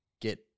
get